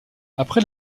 après